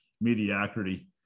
mediocrity